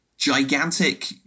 gigantic